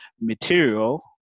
material